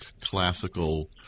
classical